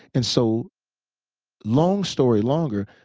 and so long story longer,